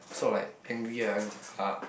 sort like angry ah